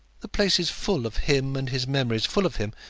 the place is full of him and his memories full of him,